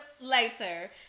later